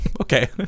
Okay